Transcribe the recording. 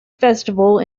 festival